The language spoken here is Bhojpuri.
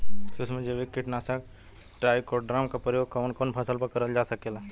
सुक्ष्म जैविक कीट नाशक ट्राइकोडर्मा क प्रयोग कवन कवन फसल पर करल जा सकेला?